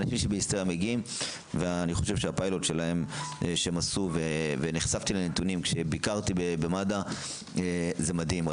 אני חוש שהפילוט שעשו ונחשפתי לנתונים כשביקרתי במד"א זה מדהים.